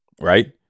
right